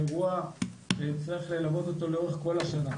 זה אירוע שצריך ללוות אותו לאורך כל השנה,